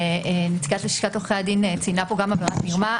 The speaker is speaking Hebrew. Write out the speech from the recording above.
נציגת לשכת עורכי הדין ציינה פה גם עבירת מרמה.